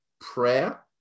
prayer